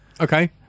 Okay